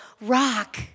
rock